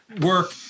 work